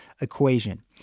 equation